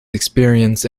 experience